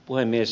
puhemies